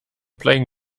playing